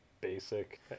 basic